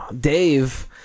Dave